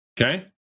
Okay